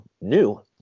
new